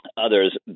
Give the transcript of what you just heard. others